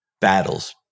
battles